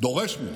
דורש מהם.